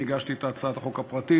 אני הגשתי את הצעת החוק הפרטית.